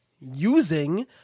using